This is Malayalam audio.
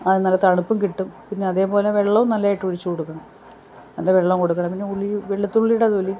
അത് നല്ല തണുപ്പും കിട്ടും പിന്നതേ പോലെ വെള്ളോം നല്ലായിട്ടൊഴിച്ച് കൊടുക്കണം അത് വെള്ളം കൊടുക്കണം പിന്നെ വെളുത്തുള്ളീടെ തൊലി